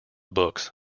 books